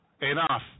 enough